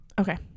okay